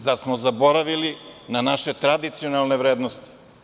Zar smo zaboravili na naše tradicionalne vrednosti?